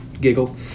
giggle